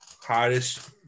hottest